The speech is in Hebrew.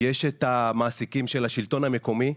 יש את המעסיקים של השלטון המקומי,